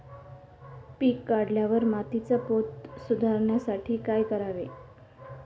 पीक काढल्यावर मातीचा पोत सुधारण्यासाठी काय करावे?